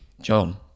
John